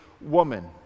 woman